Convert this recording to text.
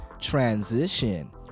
transition